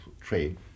trade